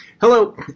Hello